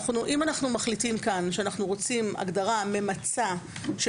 אם אנחנו מחליטים שאנחנו רוצים כאן הגדרה ממצה של